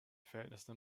verhältnissen